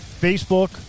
facebook